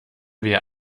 wir